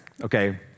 okay